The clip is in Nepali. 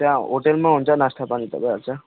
त्यहाँ होटेलमा हुन्छ नास्ता पानी त भइहाल्छ